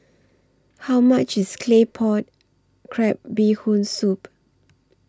How much IS Claypot Crab Bee Hoon Soup